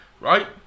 right